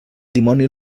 dimoni